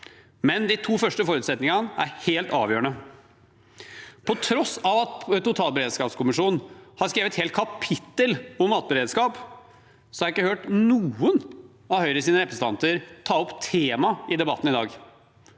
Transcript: men de to første forutsetningene er helt avgjørende. På tross av at totalberedskapskommisjonen har skrevet et helt kapittel om matberedskap, har jeg ikke hørt noen av Høyres representanter ta opp temaet i debatten i dag.